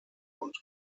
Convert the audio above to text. und